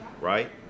right